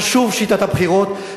חשובה שיטת הבחירות,